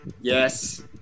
Yes